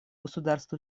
государств